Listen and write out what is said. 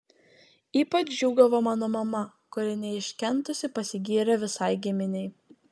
ypač džiūgavo mano mama kuri neiškentusi pasigyrė visai giminei